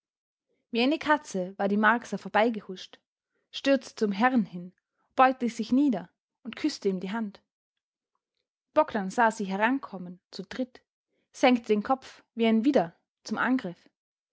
wie eine katze war die marcsa vorbeigehuscht stürzte zum herrn hin beugte sich nieder und küßte ihm die hand bogdn sah sie herankommen zu dritt senkte den kopf wie ein widder zum angriff